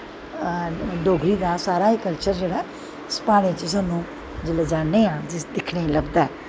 डोगरी दा सारा कल्चर जेह्ड़ा प्हाड़ें च सानूं जिसलै जन्ने आं दिक्खने गी लभदा ऐ